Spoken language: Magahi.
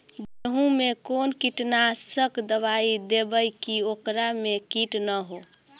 गेहूं में कोन कीटनाशक दबाइ देबै कि ओकरा मे किट न हो?